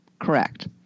Correct